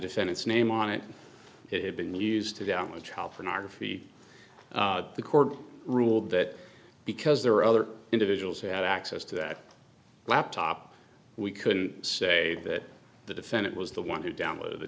descendants name on it it had been used to down with child pornography the court ruled that because there were other individuals who had access to that laptop we couldn't say that the defendant was the one who download